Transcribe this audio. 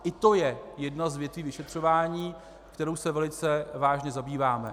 I to je jedna z větví vyšetřování, kterou se velice vážně zabýváme.